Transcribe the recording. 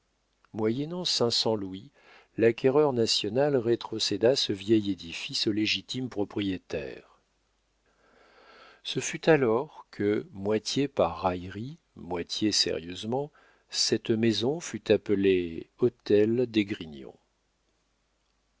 moyennant cinq cents louis l'acquéreur national rétrocéda ce vieil édifice au légitime propriétaire ce fut alors que moitié par raillerie moitié sérieusement cette maison fut appelée hôtel d'esgrignon